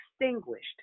extinguished